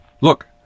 Look